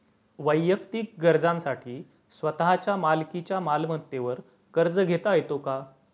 वैयक्तिक गरजांसाठी स्वतःच्या मालकीच्या मालमत्तेवर कर्ज घेता येतो का?